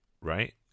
right